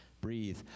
Breathe